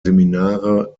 seminare